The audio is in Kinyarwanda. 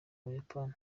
buyapani